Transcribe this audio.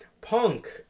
Punk